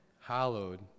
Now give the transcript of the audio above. hallowed